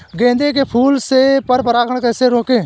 गेंदे के फूल से पर परागण कैसे रोकें?